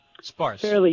sparse